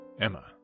Emma